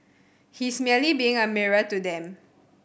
he's merely being a mirror to them